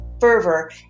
fervor